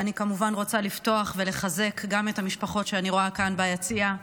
אני כמובן רוצה לפתוח בלחזק את המשפחות שאני רואה כאן ביציע.